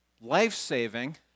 life-saving